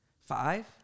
Five